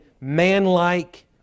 manlike